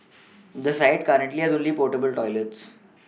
the site currently has only portable toilets